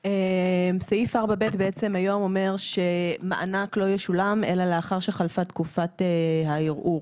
סעיף 4ב היום אומר שמענק לא ישולם אלא לאחר שחלפה תקופת הערעור,